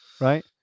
right